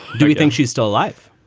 do you think she's still alive,